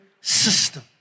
system